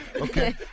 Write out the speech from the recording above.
Okay